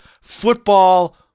football